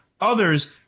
others